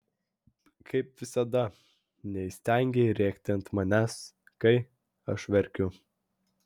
kaip visada neįstengei rėkti ant manęs kai aš verkiu